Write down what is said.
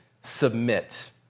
submit